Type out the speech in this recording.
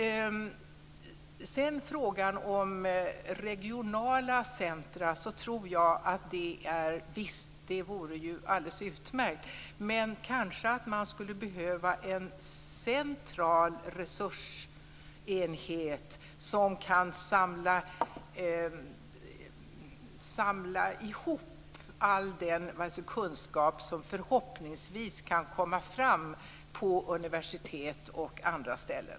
Beträffande frågan om regionala centrum tror jag att det vore alldeles utmärkt, men kanske skulle man behöva en central resursenhet som kan samla ihop all den kunskap som förhoppningsvis kan komma fram på universitet och andra ställen.